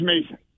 Mason